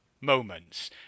moments